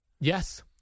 Yes